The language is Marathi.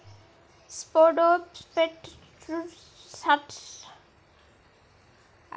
स्पोडोप्टेरा लिट्युरासाठीचे प्रतिबंधात्मक उपाय काय आहेत?